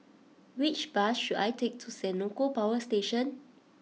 which bus should I take to Senoko Power Station